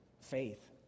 faith